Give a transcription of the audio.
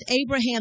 Abraham